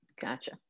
Gotcha